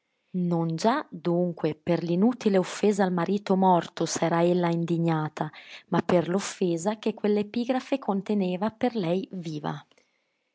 non già dunque per l'inutile offesa al marito morto s'era ella indignata ma per l'offesa che quell'epigrafe conteneva per lei viva